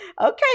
Okay